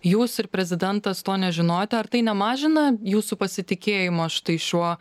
jūs ir prezidentas to nežinojote ar tai nemažina jūsų pasitikėjimo štai šiuo